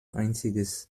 einziges